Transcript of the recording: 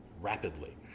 rapidly